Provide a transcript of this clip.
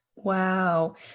Wow